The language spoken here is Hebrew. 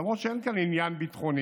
למרות שאין כאן עניין ביטחוני,